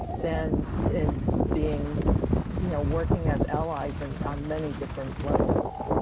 then in being you know, working as allies and on many different levels.